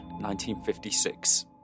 1956